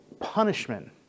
punishment